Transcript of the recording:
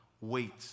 Wait